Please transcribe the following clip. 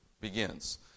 begins